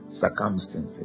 circumstances